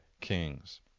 kings